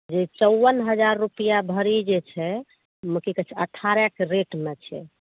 जे चौवन हजार रुपया भरी जे छै की कहै छै अठारे कैरेटमे छै